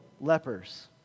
lepers